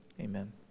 amen